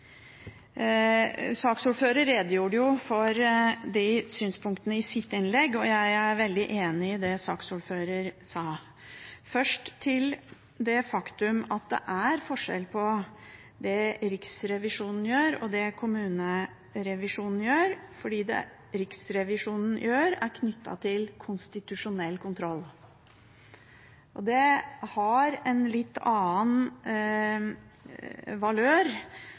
for de synspunktene i sitt innlegg, og jeg er veldig enig i det saksordføreren sa. Først til det faktum at det er forskjell på det Riksrevisjonen gjør, og det kommunerevisjonen gjør, fordi det Riksrevisjonen gjør, er knyttet til konstitusjonell kontroll. Det har en litt annen valør